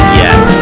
yes